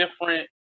different